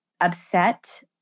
upset